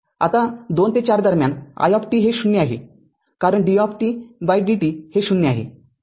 आता२ ते ४ दरम्यान i हे ० आहे कारण dvdt हे ० आहे